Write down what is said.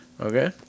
Okay